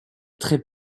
très